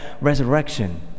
resurrection